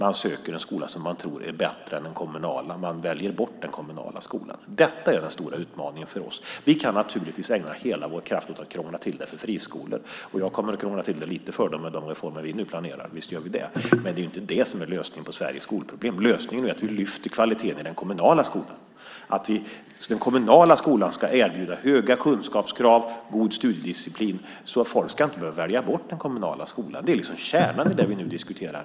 De söker en skola som de tror är bättre än den kommunala. De väljer bort den kommunala skolan. Det är den stora utmaningen för oss. Vi kan naturligtvis ägna all vår kraft åt att krångla till det för friskolor, och vi kommer att krångla till det lite för dem med de reformer vi nu planerar, visst gör vi det, men det är inte lösningen på Sveriges skolproblem. Lösningen är att vi höjer kvaliteten i den kommunala skolan, att den kommunala skolan erbjuder höga kunskapskrav och god studiedisciplin så att folk inte behöver välja bort den kommunala skolan. Det är kärnan i det vi nu diskuterar.